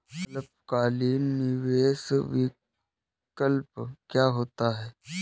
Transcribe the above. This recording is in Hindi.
अल्पकालिक निवेश विकल्प क्या होता है?